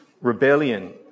rebellion